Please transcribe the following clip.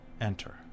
Enter